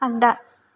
आगदा